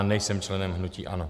Nejsem členem hnutí ANO.